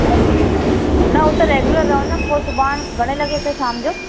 अछा अछा न हूंअं त रगुलर रहंदमि पोइ सुभाणे घणे लॻे ताईं शाम जो